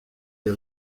les